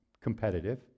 competitive